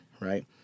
right